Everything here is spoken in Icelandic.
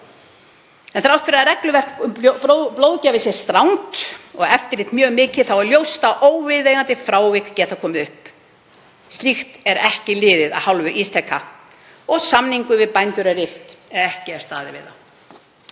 „En þrátt fyrir að regluverk um blóðgjafir sé strangt og eftirlit mjög mikið er ljóst að óviðeigandi frávik geta komið upp. Slíkt er ekki liðið af hálfu Ísteka og samningum við bændur er rift ef ekki er staðið við þá.“